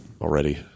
Already